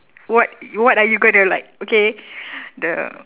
what what are you gonna like okay the